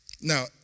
Now